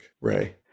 ray